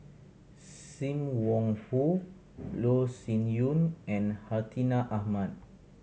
Sim Wong Hoo Loh Sin Yun and Hartinah Ahmad